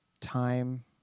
time